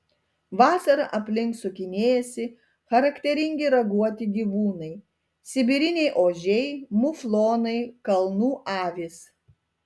vasarą aplink sukinėjasi charakteringi raguoti gyvūnai sibiriniai ožiai muflonai kalnų avys